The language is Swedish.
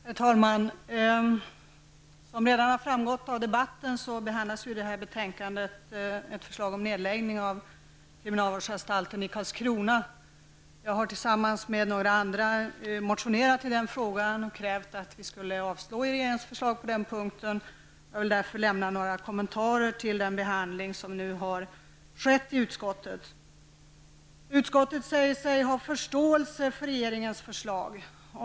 Herr talman! Som redan har framgått av debatten behandlas i detta betänkande ett förslag om nedläggning av kriminalvårdsanstalten i Karlskrona. Jag har tillsammans med några andra väckt motioner i frågan och krävt att regeringens förslag skall avslås på den punkten. Jag vill därför lämna några kommentarer till den behandling som har skett i utskottet. Utskottet säger sig ha förståelse för regeringens förslag.